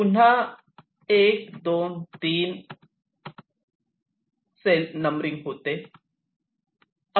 पुन्हा 1 2 3 cell numbering होते